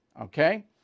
okay